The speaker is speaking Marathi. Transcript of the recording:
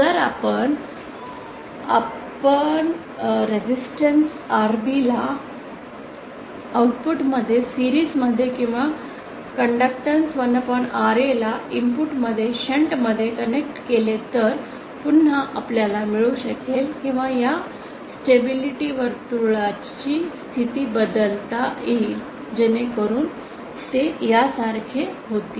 जर आपण रेसिस्टन्स Rb ला आउटपुट मध्ये मालिका मध्ये किंवा कंडक्टन्स 1Ra ला इनपुट मध्ये शंट मध्ये कनेक्ट केले तर पुन्हा आपल्याला मिळू शकेल किंवा या स्टेबिलिटी वर्तुळची स्थिती बदलता येईल जेणेकरून ते यासारखे होतील